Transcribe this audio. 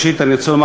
ראשית אני רוצה לומר